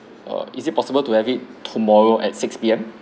err is it possible to have it tomorrow at six P_M